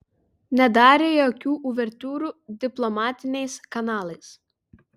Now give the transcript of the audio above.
nedarė jokių uvertiūrų diplomatiniais kanalais